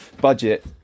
budget